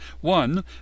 one